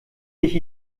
ich